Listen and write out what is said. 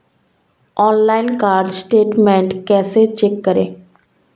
Online card statement कैसे check करें?